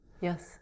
Yes